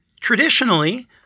traditionally